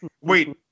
wait